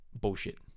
Bullshit